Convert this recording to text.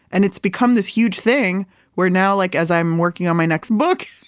and it's become this huge thing where now, like as i'm working on my next book,